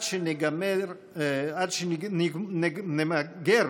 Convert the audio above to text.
עד שנמגר